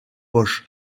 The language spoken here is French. poche